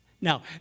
Now